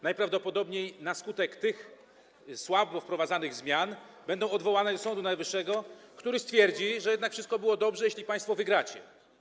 Najprawdopodobniej na skutek tych słabo wprowadzanych zmian będą odwołania do Sądu Najwyższego, który stwierdzi, że jednak wszystko było dobrze - jeśli państwo wygracie.